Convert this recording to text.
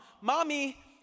Mommy